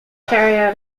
carry